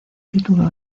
título